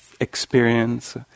experience